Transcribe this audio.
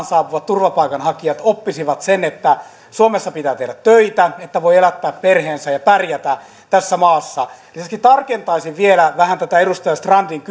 saapuvat turvapaikanhakijat oppisivat sen että suomessa pitää tehdä töitä että voi elättää perheensä ja pärjätä tässä maassa lisäksi tarkentaisin vielä vähän tätä edustaja strandin